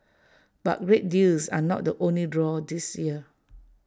but great deals are not the only draw this year